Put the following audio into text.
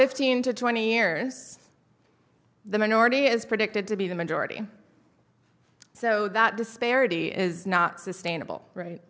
fifteen to twenty years the minority is predicted to be the majority so that disparity is not sustainable